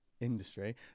industry